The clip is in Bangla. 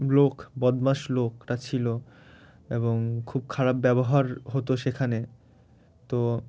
লোক বদমাস লোকটা ছিল এবং খুব খারাপ ব্যবহার হতো সেখানে তো